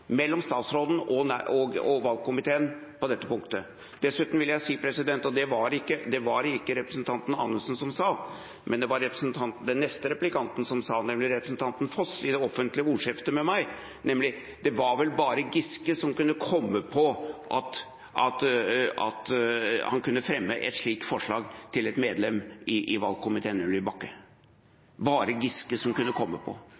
mellom statsråden og valgkomiteen på dette punktet. Dessuten vil jeg si at det var det ikke representanten Anundsen som sa, men det var det den neste replikanten som sa, nemlig representanten Foss, i det offentlige ordskiftet med meg, at det var vel bare Giske som kunne komme på å fremme et slikt forslag til et medlem i valgkomiteen, nemlig Bakke – det var det bare Giske som kunne komme på.